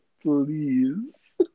please